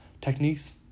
Techniques